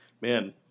Man